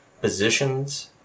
Positions